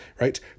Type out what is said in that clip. right